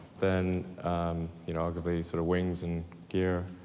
then you know arguably sort of wings and gear,